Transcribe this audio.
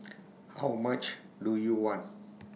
how much do you want